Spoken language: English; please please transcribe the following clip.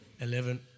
eleven